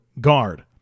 guard